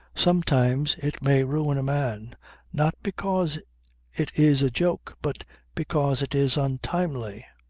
sometimes it may ruin a man not because it is a joke, but because it is untimely.